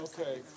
Okay